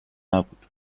نبود